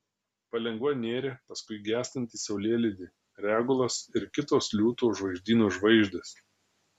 palengva nėrė paskui gęstantį saulėlydį regulas ir kitos liūto žvaigždyno žvaigždės